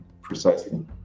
precisely